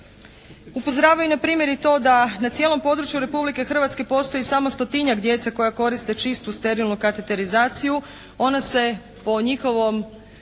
Upozoravaju na primjer i to da na cijelom području Republike Hrvatske postoji samo stotinjak djece koja koriste čistu, sterilnu kateterizaciju. Ona se po njihovom